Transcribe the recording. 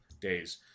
days